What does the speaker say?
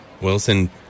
Wilson